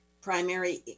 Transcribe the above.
primary